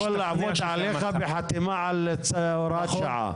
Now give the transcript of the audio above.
הוא יכול לעבוד עליך בחתימה על הוראת שעה.